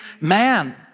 man